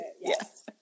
Yes